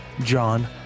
John